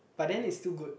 but then it's still good